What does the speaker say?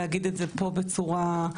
חשוב לי להגיד את זה פה בצורה ברורה: